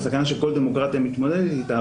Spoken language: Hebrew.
זאת סכנה שכל דמוקרטיה מתמודדת אתה,